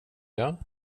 jag